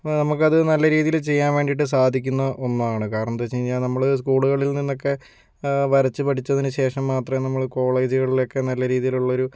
അപ്പോൾ നമക്കത് നല്ല രീതില് ചെയ്യാൻ വേണ്ടീട്ട് സാധിക്കുന്ന ഒന്നാണ് കാരണം എന്താന്ന് വച്ച് കഴിഞ്ഞാൽ നമ്മള് സ്കൂളുകളിൽ നിന്നൊക്കെ വരച്ച് പഠിച്ചതിന് ശേഷം മാത്രമേ നമ്മള് കോളേജുകളിലോക്കെ നല്ല രീതിലുള്ളൊരു